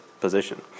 position